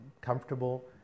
comfortable